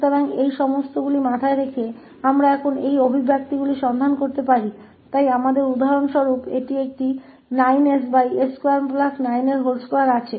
तो इन सभी को ध्यान में रखते हुए अब हम इन भावों की तलाश कर सकते हैं उदाहरण के लिए हमारे पास यह एक 9ss292 है